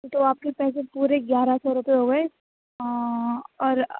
تو آپ کے پیسے پورے گیارہ سو روپئے ہو گئے اور